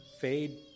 fade